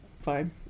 fine